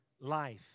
life